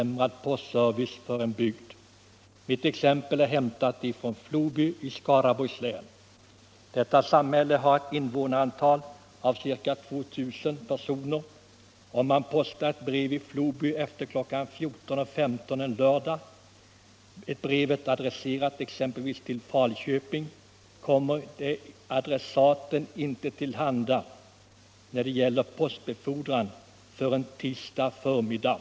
Mitt exempel är hämtat från Floby i Skaraborgs län. Detta samhälle har ett invånarantal om ca 2000 personer. Om man postar ett brev i Floby efter kl. 14.15 en lördag och brevet är adresserat t.ex. till Falköping kommer det inte adressaten till handa förrän tisdag förmiddag.